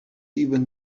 even